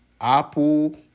Apple